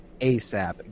ASAP